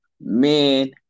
man